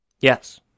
Yes